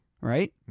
right